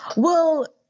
well,